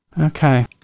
Okay